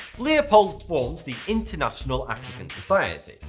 leopold formed the international african society,